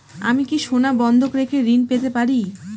আমি কি সোনা বন্ধক রেখে ঋণ পেতে পারি?